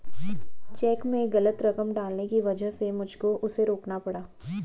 check में गलत रकम डालने की वजह से मुझको उसे रोकना पड़ा